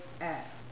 app